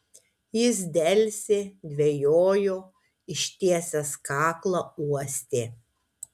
jis delsė dvejojo ištiesęs kaklą uostė